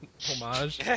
Homage